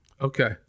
Okay